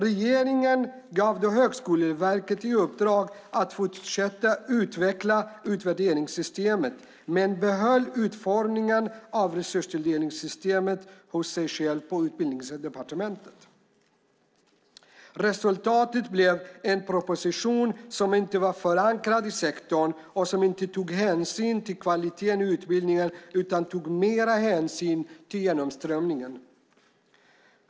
Regeringen gav då Högskoleverket i uppdrag att fortsätta utveckla utvärderingssystemet men behöll utformningen av resursfördelningssystemet hos sig själv på Utbildningsdepartementet. Resultatet blev en proposition som inte var förankrad i sektorn och som inte tog hänsyn till kvaliteten i utbildningen, utan tog mer hänsyn till genomströmningen.